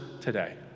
today